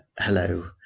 hello